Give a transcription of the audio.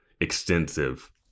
extensive